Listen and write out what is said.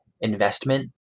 investment